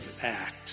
act